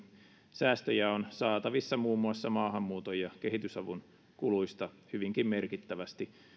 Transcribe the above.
säästöjä on saatavissa muun muassa maahanmuuton ja kehitysavun kuluista hyvinkin merkittävästi